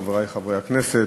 חברי חברי הכנסת,